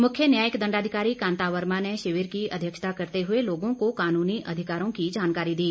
मुख्य न्यायिक दंडाधिकारी कांता वर्मा ने शिविर की अध्यक्षता करते हुए लोगों को कानूनी अधिकारों की जानकारी दी